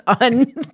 on